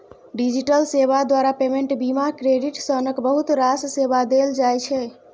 digital सेबा द्वारा payment, बीमा, क्रेडिट सनक बहुत रास सेबा देल जाइ छै